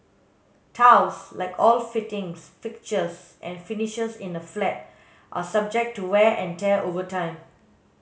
tiles like all fittings fixtures and finishes in a flat are subject to wear and tear over time